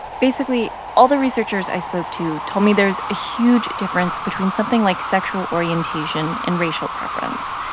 basically, all the researchers i spoke to told me there's a huge difference between something like sexual orientation and racial preference.